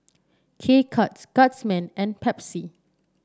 K Cuts Guardsman and Pepsi